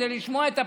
כדי לשמוע את הפרטים.